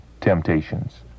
temptations